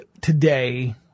today